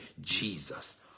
Jesus